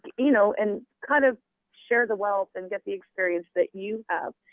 you know and kind of share the wealth and get the experience that you have.